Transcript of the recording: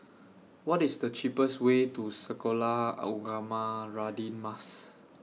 What IS The cheapest Way to Sekolah Ugama Radin Mas